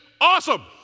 awesome